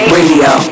Radio